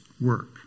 work